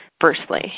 Firstly